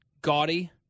gaudy